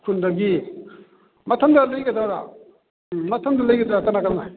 ꯎꯈ꯭ꯔꯨꯜꯗꯒꯤ ꯃꯊꯟꯗ ꯂꯩꯒꯗꯔꯥ ꯃꯊꯟꯇ ꯂꯩꯒꯗ꯭ꯔꯥ ꯀꯅꯥ ꯀꯅꯥ